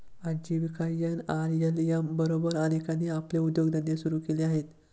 आजीविका एन.आर.एल.एम बरोबर अनेकांनी आपले उद्योगधंदे सुरू केले आहेत